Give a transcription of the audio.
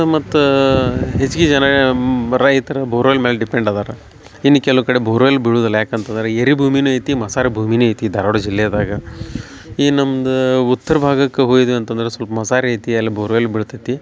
ಮತ್ತು ಹೆಚ್ಗಿ ಜನ ರೈತರ ಬೋರ್ವೆಲ್ ಮೇಲೆ ಡಿಪೆಂಡ್ ಅದರ ಇನ್ನ ಕೆಲುವು ಕಡೆ ಬೋರ್ವೆಲ್ ಬೀಳುದಿಲ್ಲ ಯಾಕಂತಂದರೆ ಏರಿ ಭೂಮಿನು ಐತಿ ಮಸಾರೆ ಭೂಮಿನು ಐತಿ ಧಾರವಾಡ ಜಿಲ್ಲೆದಾಗ ಈ ನಮ್ದು ಉತ್ರ ಭಾಗಕ್ಕ ಹೊಯಿದು ಅಂತಂದ್ರ ಸೊಲ್ಪ ಮಸಾರೆ ಐತಿ ಅಲ್ಲಿ ಬೋರ್ವೆಲ್ ಬಿಳ್ತತಿ